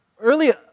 Early